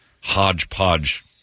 hodgepodge